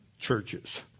churches